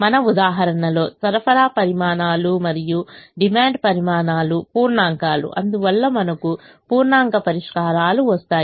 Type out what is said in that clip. మన ఉదాహరణలో సరఫరా పరిమాణాలు మరియు డిమాండ్ పరిమాణాలు పూర్ణాంకాలు అందువల్ల మనకు పూర్ణాంక పరిష్కారాలు వస్తాయి